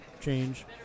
change